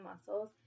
muscles